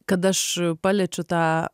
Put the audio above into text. kad aš paliečiu tą